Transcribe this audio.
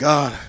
God